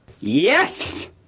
Yes